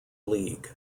league